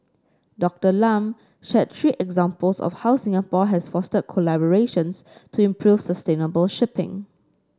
Doctor Lam shared three examples of how Singapore has fostered collaborations to improve sustainable shipping